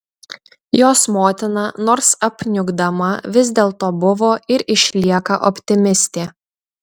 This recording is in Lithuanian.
jos motina nors apniukdama vis dėlto buvo ir išlieka optimistė